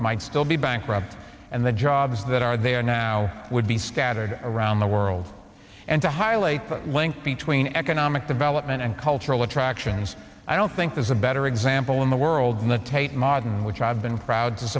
might still be bankrupt and the jobs that are they are now would be scattered around the world and to highlight the link between economic development and cultural attractions i don't think there's a better example in the world than the tate modern which i've been pro